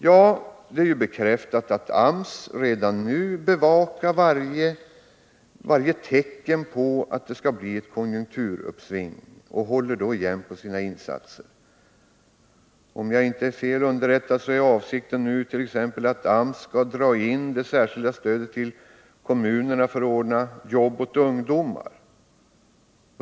Ja, det är bekräftat att AMS redan nu bevakar varje tecken på att det skall bli ett konjunkturuppsving och håller igen på sina insatser. Om jag inte är fel underrättad, så är avsikten nu t.ex. att AMS skall dra in det särskilda stödet till kommunerna för att ordna jobb åt ungdomar.